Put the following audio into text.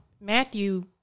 Matthew